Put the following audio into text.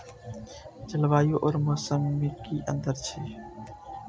जलवायु और मौसम में कि अंतर छै?